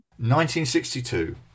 1962